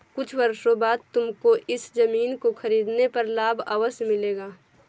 कुछ वर्षों बाद तुमको इस ज़मीन को खरीदने पर लाभ अवश्य मिलेगा